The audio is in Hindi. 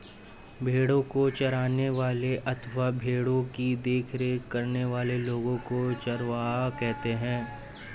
भेड़ों को चराने वाले अथवा भेड़ों की देखरेख करने वाले लोगों को चरवाहा कहते हैं